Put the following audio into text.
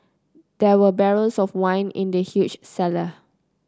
there were barrels of wine in the huge cellar